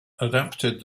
adapted